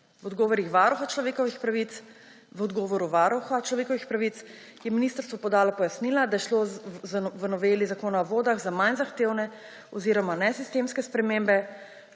pravice in temeljne svoboščine. V odgovoru Varuhu človekovih pravic je ministrstvo podalo pojasnila, da je šlo v noveli Zakona o vodah za manj zahtevne oziroma nesistemske spremembe,